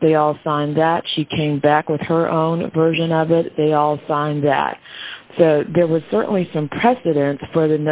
they all signed that she came back with her own version of it they all signed that there was certainly some precedent for the